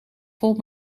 vol